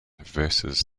versus